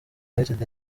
united